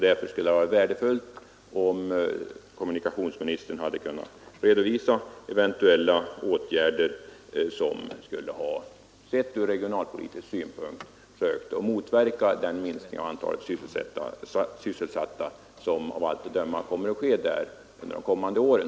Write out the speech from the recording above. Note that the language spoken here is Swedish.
Därför skulle det ha varit värdefullt om kommunikationsministern hade kunnat redovisa eventuella åtgärder som, sett ur regionalpolitisk synpunkt, skulle kunna motverka den minskning av antalet sysselsatta som av allt att döma kommer att ske i Ånge under de kommande åren.